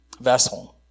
vessel